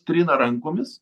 trina rankomis